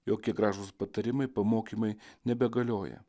jokie gražūs patarimai pamokymai nebegalioja